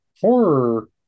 horror